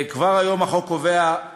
כבר היום החוק קובע את